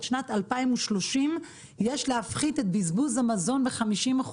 שנת 2030 יש להפחית את בזבוז המזון ב-50%,